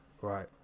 Right